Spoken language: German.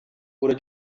oder